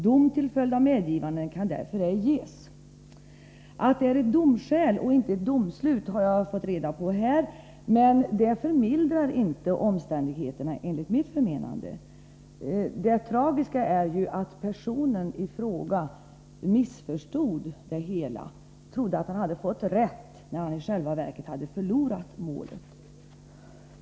Dom till följd av medgivande kan därför ej ges.” Att det är ett domskäl och inte ett domslut har jag fått reda på här, men det förmildrar inte omständigheterna, enligt mitt förmenande. Det tragiska är ju att personen i fråga missförstod det hela och trodde att han hade fått rätt, när han i själva verket hade förlorat målet.